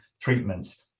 treatments